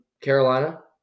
Carolina